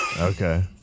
Okay